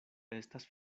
estas